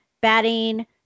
batting